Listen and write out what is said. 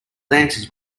dancers